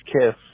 kiss